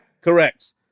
Correct